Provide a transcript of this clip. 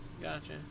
Gotcha